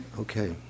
okay